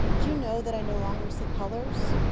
do you know that i no longer see colors?